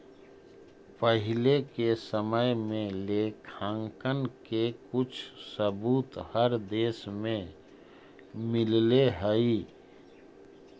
पहिले के समय में लेखांकन के कुछ सबूत हर देश में मिलले हई